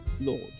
Lord